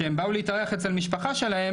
שהם באו להתארח אצל משפחה שלה,